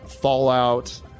fallout